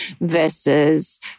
versus